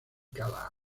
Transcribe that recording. cada